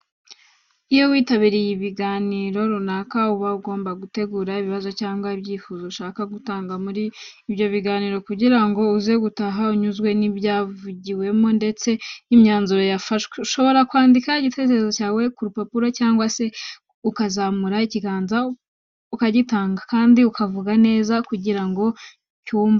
Iyo witabiriye ibiganiro runaka uba ugomba gutegura ibibazo cyangwa ibyifuzo ushaka gutanga muri ibyo biganiro, kugira ngo uze gutaha unyuzwe n'ibyavugiwemo ndetse n'imyanzuro yafashwe. Ushobora kwandika igitekerezo cyawe ku rupapuro cyangwa se ukazamura ikiganza ukagitanga, kandi ukavuga neza kugira ngo cy'umvwe.